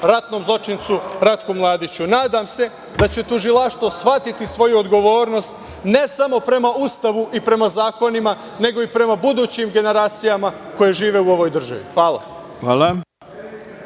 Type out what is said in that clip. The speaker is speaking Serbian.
ratnom zločincu Ratku Mladiću. Nadam se da će tužilaštvo shvatiti svoju odgovornost, ne samo prema Ustavu i prema zakonima, nego i prema budućim generacijama koje žive u ovoj državi. Hvala.